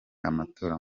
amatora